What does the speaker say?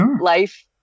Life